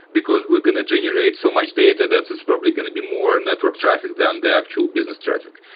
because we're going to generate so much data that's that's probably going to be more network traffic than the actual business traffic.